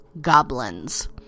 Goblins